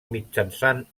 mitjançant